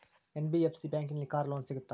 NBFC ಬ್ಯಾಂಕಿನಲ್ಲಿ car loan ಸಿಗುತ್ತಾ?